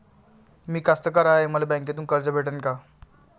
मी कास्तकार हाय, मले बँकेतून कर्ज भेटन का?